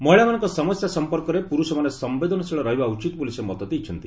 ମହିଳାମାନଙ୍କ ସମସ୍ୟା ସଂପର୍କରେ ପୁରୁଷମାନେ ସମ୍ପେଦନଶୀଳ ରହିବା ଉଚିତ ବୋଲି ସେ ମତ ଦେଇଛନ୍ତି